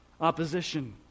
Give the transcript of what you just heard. opposition